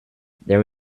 there